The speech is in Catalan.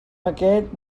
aquest